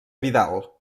vidal